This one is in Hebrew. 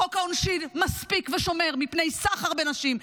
חוק העונשין מספיק ושומר מפני סחר בנשים,